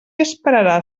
esperarà